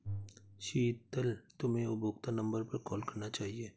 शीतल, तुम्हे उपभोक्ता नंबर पर कॉल करना चाहिए